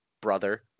brother